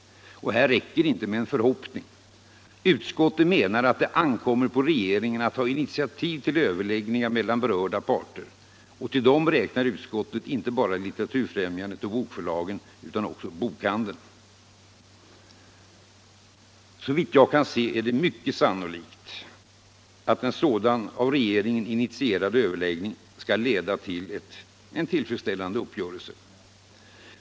Här räcker det inte med ”förhoppningar”. Utskottet menar att det ankommer på regeringen att ta initiativ till överläggningar mellan berörda parter — och till dem räknar utskottet inte bara Litteraturfrämjandet och bokförlagen utan även bokhandeln. Sävitt jag kan se är det mycket sannolikt att en sådan av regeringen initierad överläggning skall leda till en tillfredsställande uppgörelse.